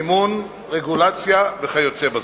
מימון, רגולציה וכיוצא בזה.